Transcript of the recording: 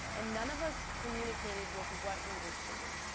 and none of us communicated with what we were shooting.